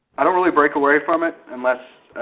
i don't really break away from it. unless